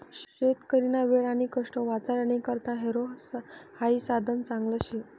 शेतकरीना वेळ आणि कष्ट वाचाडानी करता हॅरो हाई साधन चांगलं शे